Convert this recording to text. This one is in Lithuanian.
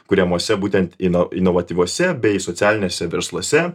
kuriamuose būtent ino inovatyviuose bei socialiniuose versluose